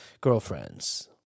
girlfriends